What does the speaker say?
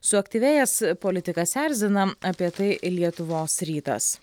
suaktyvėjęs politikas erzina apie tai lietuvos rytas